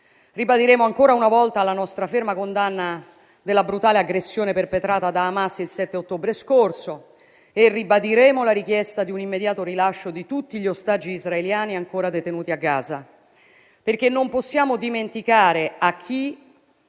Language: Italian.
Ribadiremo ancora una volta la nostra ferma condanna della brutale aggressione perpetrata da Hamas il 7 ottobre scorso e ribadiremo la richiesta di un immediato rilascio di tutti gli ostaggi israeliani ancora detenuti a Gaza, perché non possiamo dimenticare chi